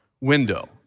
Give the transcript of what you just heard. window